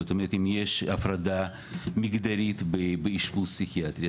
זאת אומרת אם יש הפרדה מגדרית באשפוז פסיכיאטרי.